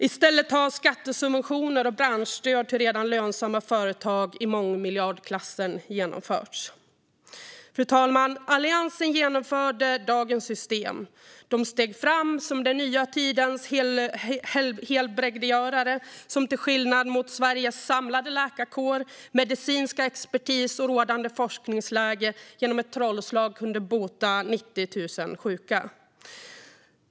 I stället har skattesubventioner och branschstöd till redan lönsamma företag i mångmiljardklassen genomförts. Fru talman! Alliansen genomförde dagens system. De steg fram som den nya tidens helbrägdagörare, som tvärtemot Sveriges samlade läkarkår, medicinsk expertis och rådande forskningsläge genom ett trollslag kunde bota 90 000 sjuka.